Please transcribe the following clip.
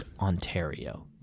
Ontario